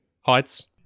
heights